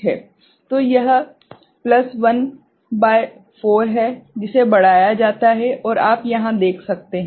तो यह प्लस 1 भागित 4 है जिसे बढ़ाया जाता है और आप यहां देख सकते हैं